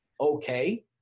Okay